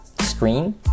screen